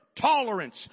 tolerance